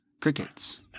Crickets